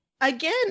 Again